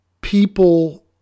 people